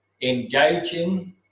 engaging